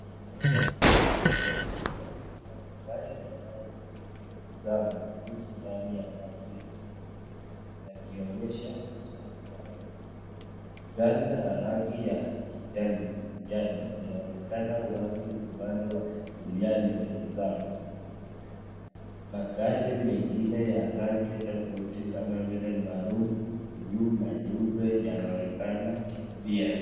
Eneo lililofurika kuna magari kadhaa yaliyozama. Nusu ndani ya maji yenye matope yakionyesha hatari za mafuriko. Gari la rangi ya kijani, njano linaonekana wazi upande wa kulia limezama kwenye maji. Magari mengine ya rangi tofauti kama vile maroon , bluu na nyeupe yanaonekana pia.